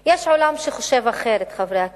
יש עולם שחושב אחרת, חברי הכנסת.